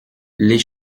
les